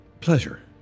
Pleasure